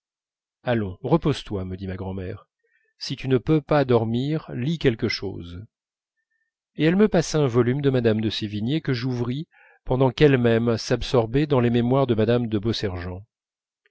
allons repose-toi me dit ma grand'mère si tu ne peux pas dormir lis quelque chose et elle me passa un volume de madame de sévigné que j'ouvris pendant qu'elle-même s'absorbait dans les mémoires de madame de